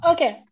Okay